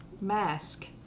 mask